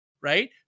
right